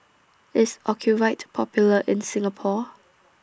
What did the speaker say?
IS Ocuvite Popular in Singapore